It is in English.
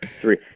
three